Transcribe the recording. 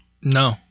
No